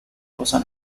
cosa